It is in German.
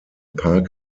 park